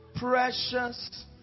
Precious